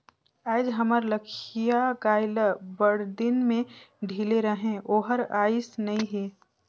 आयज हमर लखिया गाय ल बड़दिन में ढिले रहें ओहर आइस नई हे